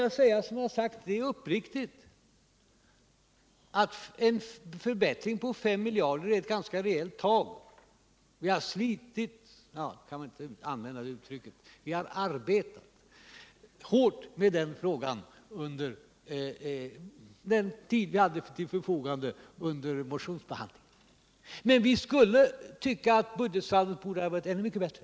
Jag säger, som jag tidigare sagt, att en förbättring på 5 miljarder är ett förhållandevis reellt tal. Vi har arbetat hårt med den frågan under den tid vi haft till vårt förfogande i samband med motionsbehandlingen. Men vi anser att budgetsaldot borde ha varit ännu mycket bättre.